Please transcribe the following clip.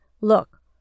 Look